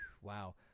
Wow